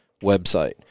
website